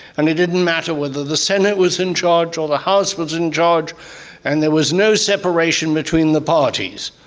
and it didn't matter whether the senate was in charge or the house was in charge and there was no separation between the parties.